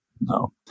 no